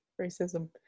racism